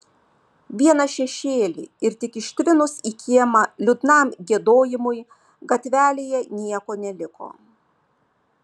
vieną šešėlį ir tik ištvinus į kiemą liūdnam giedojimui gatvelėje nieko neliko